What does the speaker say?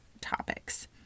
topics